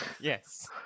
Yes